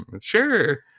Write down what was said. Sure